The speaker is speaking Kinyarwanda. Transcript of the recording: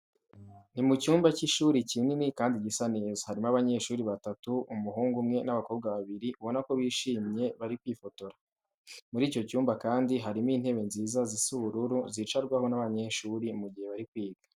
Ni mu cyumba cy'ishuri kinini kandi gisa neza, harimo abanyeshuri batatu umuhungu umwe n'abakobwa babiri ubona ko bishimye bari kwifotora. Muri icyo cyumba kandi harimo intebe nziza zisa ubururu zicarwaho n'abanyeshuri mu gihe bari kwiga.